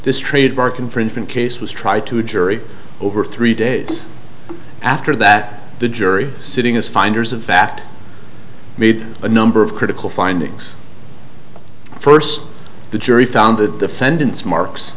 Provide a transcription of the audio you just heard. this trademark infringement case was tried to a jury over three days after that the jury sitting as finders of fact made a number of critical findings first the jury found the defendant's marks